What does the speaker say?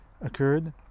occurred